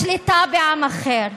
לשליטה בעם אחר,